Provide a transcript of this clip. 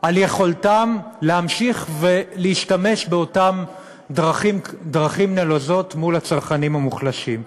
על יכולתם להמשיך ולהשתמש באותן דרכים נלוזות מול הצרכנים המוחלשים.